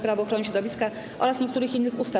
Prawo ochrony środowiska oraz niektórych innych ustaw.